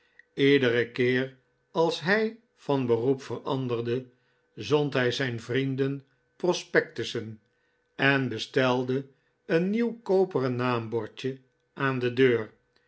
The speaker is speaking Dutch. iederen keer als hij van beroep veranderde zond hij zijn vrienden prospectussen en bestelde een nieuw koperen naambordje aan de deur